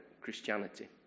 Christianity